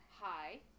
Hi